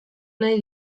nahi